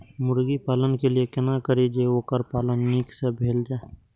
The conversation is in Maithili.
मुर्गी पालन के लिए केना करी जे वोकर पालन नीक से भेल जाय?